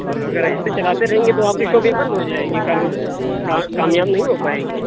اور اگر ایسے چلاتے رہیں گے تو آپ کی شاپ یہ بند ہو جائے گی کام کامیابی نہیں ہو پائے گی